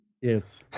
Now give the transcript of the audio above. yes